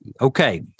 Okay